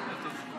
משקפות שם.